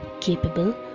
capable